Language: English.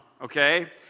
okay